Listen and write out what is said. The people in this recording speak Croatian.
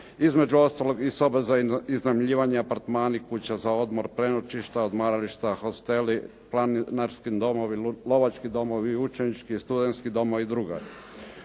Između ostalog i sobe za iznajmljivanje, apartmani, kuća za odmor, prenoćišta, odmarališta, hosteli, planinarski domovi, lovački domovi, učenički, studenski domovi i dr.